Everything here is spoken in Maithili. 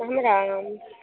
हमरा